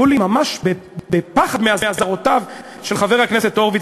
ממש בפחד מהאזהרות של חבר הכנסת הורוביץ